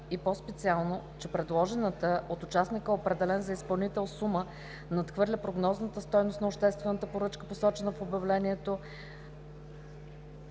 и по специално, че предложената от участника, определен за изпълнител, сума надхвърля прогнозната стойност на обществената поръчка, посочена в обявлението